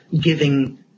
giving